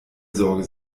sorge